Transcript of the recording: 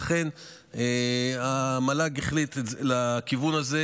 לכן המל"ג החליט לכיוון הזה,